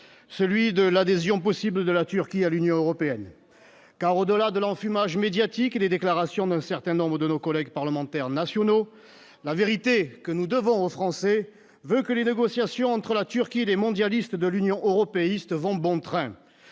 celui de l'adhésion possible de la Turquie à l'Union européenne, car au-delà de l'enfumage médiatique et les déclarations d'un certain nombre de nos collègues parlementaires nationaux la vérité que nous devons aux français veut que les négociations entre la Turquie, les mondialistes de l'Union européiste vont bon train,